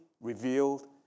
revealed